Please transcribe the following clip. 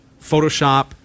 Photoshop